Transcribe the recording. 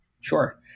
Sure